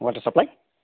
water supply